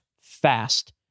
fast